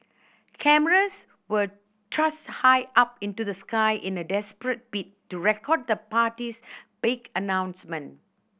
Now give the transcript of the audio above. cameras were thrust high up into the sky in a desperate bid to record the party's big announcement